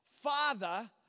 father